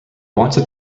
wanted